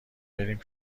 بریم